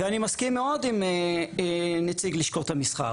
ואני מסכים מאוד עם נציג לשכות המסחר.